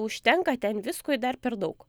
užtenka ten visko ir dar per daug